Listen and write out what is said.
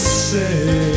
say